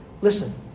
Listen